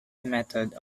method